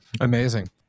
Amazing